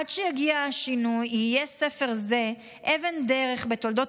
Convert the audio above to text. עד שיגיע השינוי יהיה ספר זה אבן דרך בתולדות